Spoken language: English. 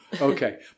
Okay